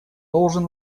должен